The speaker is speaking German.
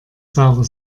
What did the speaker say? saure